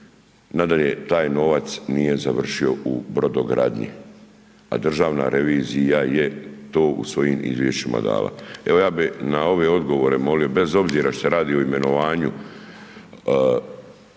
nadalje, taj novac nije završio u brodogradnji, a državna revizija je to u svojim izvješćima dala. Evo, ja bi na ove odgovore molio bez obzira što se radi o imenovanju